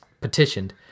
petitioned